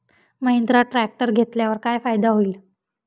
Mahindra tractor घेतल्यावर काय फायदा होईल?